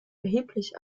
erheblich